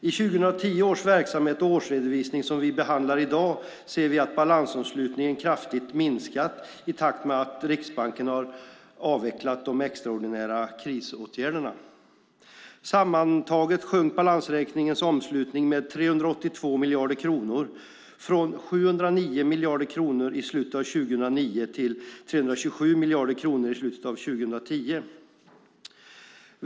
I 2010 års verksamhet och årsredovisning som vi behandlar i dag ser vi att balansomslutningen kraftigt minskat i takt med att Riksbanken har avvecklat de extraordinära krisåtgärderna. Sammantaget sjönk balansräkningens omslutning med 382 miljarder kronor - från 709 miljarder kronor i slutet av 2009 till 327 miljarder kronor i slutet av 2010.